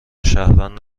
شهروند